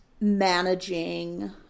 managing